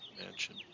mansion